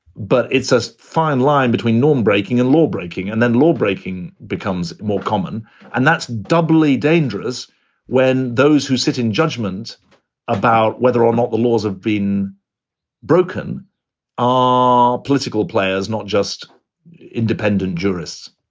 but it's a fine line between norm breaking and law breaking and then law breaking becomes more common and that's doubly dangerous when those who sit in judgment about whether or not the laws have been broken are political players, not just independent jurists.